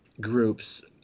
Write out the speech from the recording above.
groups